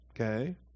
Okay